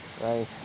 right